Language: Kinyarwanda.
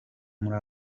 muri